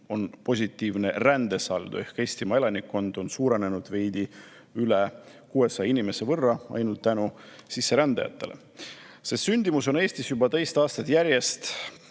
on positiivne rändesaldo. Eestimaa elanikkond on suurenenud veidi üle 600 inimese võrra ainult tänu sisserändajatele, sest sündimus püstitab Eestis juba teist aastat järjest